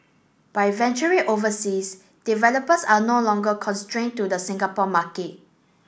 by venturing overseas developers are no longer constrained to the Singapore market